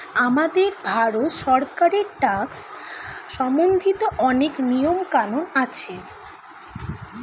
আমাদের ভারত সরকারের ট্যাক্স সম্বন্ধিত অনেক নিয়ম কানুন আছে